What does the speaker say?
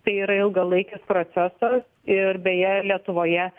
tai yra ilgalaikis procesas ir beje lietuvoje